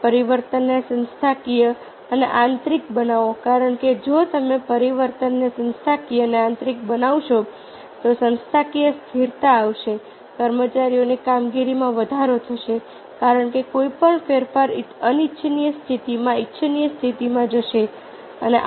અને પરિવર્તનને સંસ્થાકીય અને આંતરિક બનાવો કારણ કે જો તમે પરિવર્તનને સંસ્થાકીય અને આંતરિક બનાવશો તો સંસ્થાકીય સ્થિરતા આવશે કર્મચારીઓની કામગીરીમાં વધારો થશે કારણ કે કોઈપણ ફેરફાર અનિચ્છનીય સ્થિતિમાંથી ઇચ્છનીય સ્થિતિમાં જશે